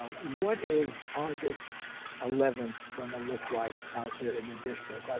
what is august eleventh gonna look like out there in the district? like